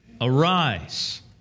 arise